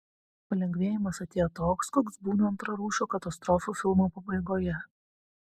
palengvėjimas atėjo toks koks būna antrarūšio katastrofų filmo pabaigoje